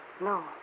No